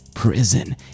prison